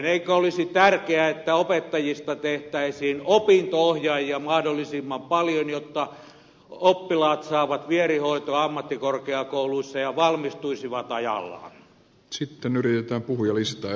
eikö olisi tärkeää että opettajista tehtäisiin opinto ohjaajia mahdollisimman paljon jotta oppilaat saavat vierihoitoa ammattikorkeakouluissa ja valmistuvat ajallaan